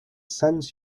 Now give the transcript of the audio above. sends